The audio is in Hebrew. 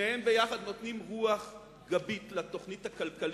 שניהם יחד נותנים רוח גבית לתוכנית הכלכלית,